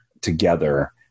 together